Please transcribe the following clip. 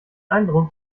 eindruck